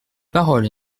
parole